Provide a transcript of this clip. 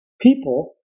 people